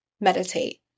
meditate